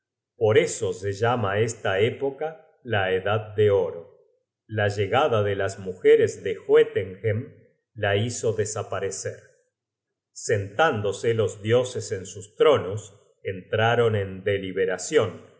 por eso se llama esta época la edad de oro la llegada de las mujeres de joetenhem la hizo desaparecer sentándose los dioses en sus tronos entraron en deliberacion